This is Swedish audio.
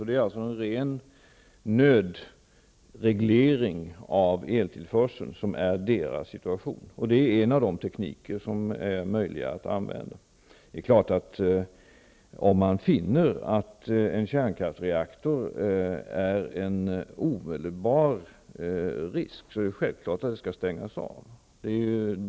Det är alltså en ren nödreglering av eltillförseln. Det är en teknik som är möjlig att använda. Om man finner att en kärnkraftsreaktor utgör en omedelbar risk, är det självklart att den skall stängas.